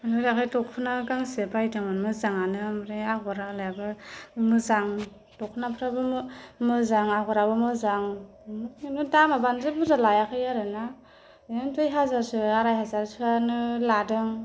आंनि थाखाय दखना गांसे बायदोंमोन मोजाङानो ओमफ्राय आगर आलायाबो मोजां दखनाफ्राबो मोजां आगराबो मोजां किन्तु दामा बांद्राय बुरजा लायाखै आरोना ओरैनो दुइ हाजारसो आराय हाजारसोआनो लादों